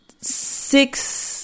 six